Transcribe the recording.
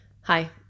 Hi